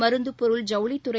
மருந்துப்பொருள் ஜவுளித்துறை